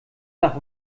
nach